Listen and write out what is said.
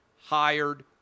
hired